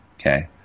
Okay